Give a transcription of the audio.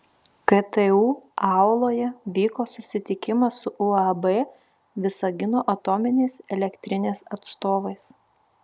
ktu auloje vyko susitikimas su uab visagino atominės elektrinės atstovais